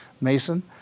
Mason